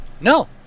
No